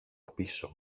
πίσω